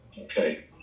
Okay